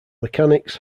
mechanics